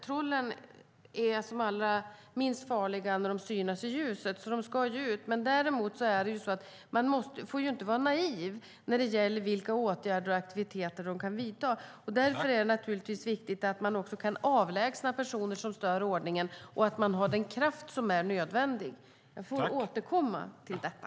Trollen är som allra minst farliga när de synas i ljuset, så de ska ut. Däremot får man inte vara naiv när det gäller vilka åtgärder och aktiviteter de kan vidta. Därför är det viktigt att man kan avlägsna personer som stör ordningen och att man har den kraft som är nödvändig. Jag får återkomma till detta.